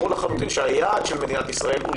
ברור לחלוטין שהיעד של מדינת ישראל הוא